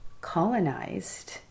colonized